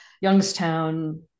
Youngstown